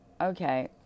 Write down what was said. Okay